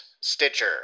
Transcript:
Stitcher